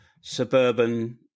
suburban